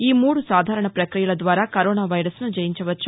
ఈ మూడు సాధారణ ప్రక్రియల ద్వారా కరోనా వైరస్ను జయించవచ్చు